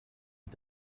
mit